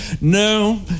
no